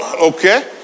Okay